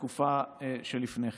בתקופה שלפני כן.